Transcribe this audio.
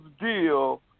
deal